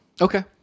Okay